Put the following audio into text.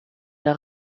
der